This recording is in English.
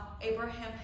Abraham